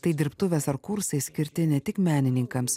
tai dirbtuvės ar kursai skirti ne tik menininkams